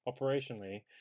operationally